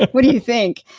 what do you think?